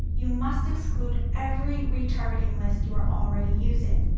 you must exclude every retargeting list you are already using.